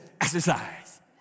exercise